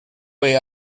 way